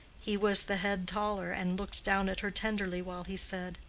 he was the head taller, and looked down at her tenderly while he said,